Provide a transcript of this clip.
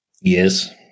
Yes